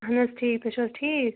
اہن حظ ٹھیٖک تُہۍ چھُو حظ ٹھیٖک